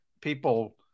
people